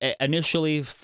Initially